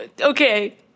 Okay